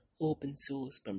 open-source